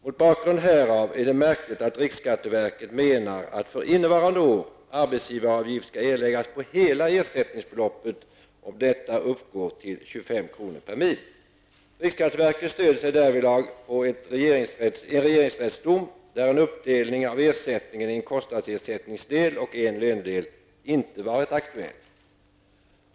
Mot bakgrund härav är det märkligt att riksskatteverket menar att för innevarande år arbetsgivaravgift skall erläggas på hela ersättningsbeloppet om detta uppgår till 25 kr. per mil. Riksskatteverket stöder sig därvidlag på en regeringsrättsdom där en uppdelning av ersättningen i en kostnadsersättningsdel och en lönedel inte varit aktuell.